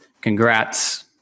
Congrats